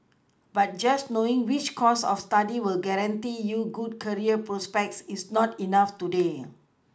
but just knowing which course of study will guarantee you good career prospects is not enough today